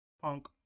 punk